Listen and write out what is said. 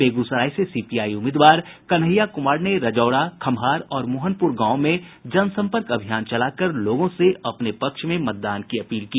बेगूसराय से सीपीआई उम्मीदवार कन्हैया कुमार ने रजौड़ा खम्हार और मोहनपुर गांव में जनसम्पर्क अभियान चलाकर लोगों से अपने पक्ष में मतदान करने की अपील की